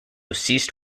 ceased